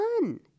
fun